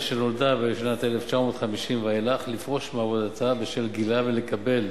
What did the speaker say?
שנולדה בשנת 1950 ואילך לפרוש מעבודתה בשל גילה ולקבל,